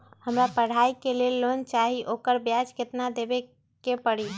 हमरा पढ़ाई के लेल लोन चाहि, ओकर ब्याज केतना दबे के परी?